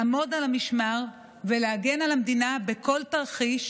לעמוד על המשמר ולהגן על המדינה בכל תרחיש